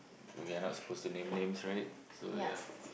we are not supposed to name names right so ya